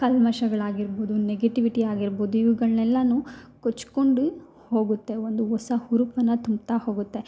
ಕಲ್ಮಶಗಳು ಆಗಿರ್ಬೋದು ನೆಗೆಟಿವಿಟಿ ಆಗಿರ್ಬೋದು ಇವುಗಳ್ನ ಎಲ್ಲನೂ ಕೊಚ್ಕೊಂಡು ಹೋಗುತ್ತೆ ಒಂದು ಹೊಸ ಹುರುಪನ್ನು ತುಂಬುತ್ತಾ ಹೋಗುತ್ತೆ